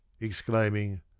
exclaiming